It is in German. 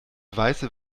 weiße